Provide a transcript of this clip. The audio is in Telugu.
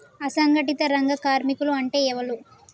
అసంఘటిత రంగ కార్మికులు అంటే ఎవలూ?